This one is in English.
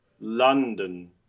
London